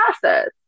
process